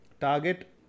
Target